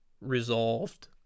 resolved